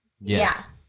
Yes